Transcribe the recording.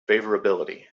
favorability